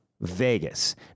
Vegas